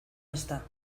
está